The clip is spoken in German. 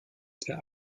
der